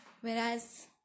Whereas